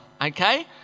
okay